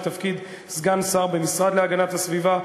לתפקיד סגן שר במשרד להגנת הסביבה,